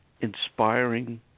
inspiring